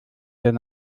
denn